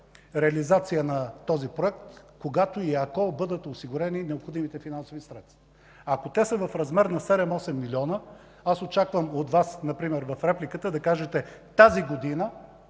реализация на този проект, когато и ако бъдат осигурени необходимите финансови средства. Ако те са в размер на 7-8 милиона, аз очаквам от Вас например в репликата да кажете: тази година